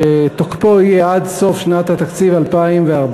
שתוקפו יהיה עד סוף שנת התקציב 2014,